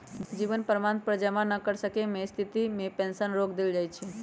जीवन प्रमाण पत्र जमा न कर सक्केँ के स्थिति में पेंशन रोक देल जाइ छइ